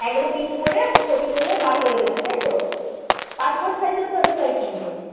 এগুলো প্রিন্ট করে ছবি তুলে বার করে দেবেন তাই তো পাসপোর্ট সাইজের ফটো চাই কিন্তু